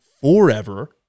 forever